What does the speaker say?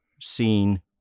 seen